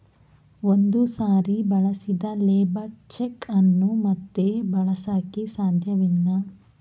ಒಂದು ಸಾರಿ ಬಳಸಿದ ಲೇಬರ್ ಚೆಕ್ ಅನ್ನು ಮತ್ತೆ ಬಳಸಕೆ ಸಾಧ್ಯವಿಲ್ಲ